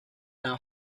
now